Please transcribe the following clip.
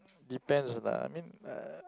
depends lah I mean uh